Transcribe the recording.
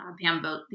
bamboo